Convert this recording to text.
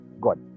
God